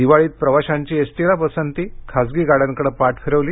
दिवाळीत प्रवाशांची एसटीला पसंती खाजगी गाड्यांकडे पाठ फिरवली